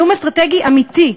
איום אסטרטגי אמיתי,